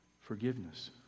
forgiveness